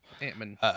Ant-Man